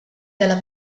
della